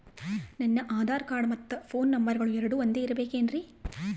ನನ್ನ ಆಧಾರ್ ಕಾರ್ಡ್ ಮತ್ತ ಪೋನ್ ನಂಬರಗಳು ಎರಡು ಒಂದೆ ಇರಬೇಕಿನ್ರಿ?